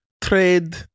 trade